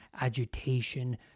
agitation